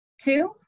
Two